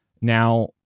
Now